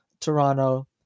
Toronto